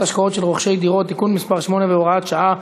השקעות של רוכשי דירות) (תיקון מס' 8 והוראת שעה),